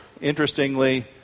Interestingly